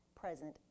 present